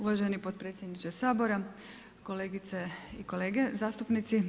Uvaženi potpredsjedniče Sabora, kolegice i kolege zastupnici.